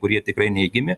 kurie tikrai neigiami